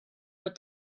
what